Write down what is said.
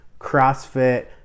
CrossFit